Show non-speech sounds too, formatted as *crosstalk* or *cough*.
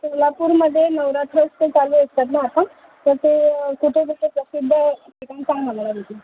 सोलापूरमध्ये नवरात्र असतं चालू असतात ना आता तर ते कुठे कुठे प्रसिद्ध ते पण सांग मला *unintelligible*